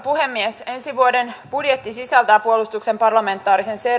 puhemies ensi vuoden budjetti sisältää puolustuksen parlamentaarisen